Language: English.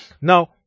Now